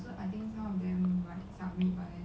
I think some of them army